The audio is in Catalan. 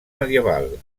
medieval